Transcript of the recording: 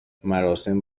مراسم